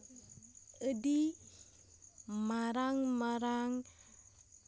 ᱟᱹᱰᱤ ᱢᱟᱨᱟᱝ ᱢᱟᱨᱟᱝ